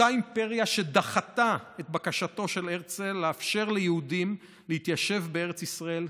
אותה אימפריה שדחתה את בקשתו של הרצל לאפשר ליהודים להתיישב בארץ ישראל,